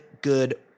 good